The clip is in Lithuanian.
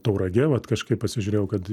tauragė vat kažkaip pasižiūrėjau kad